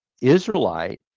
israelite